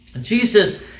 Jesus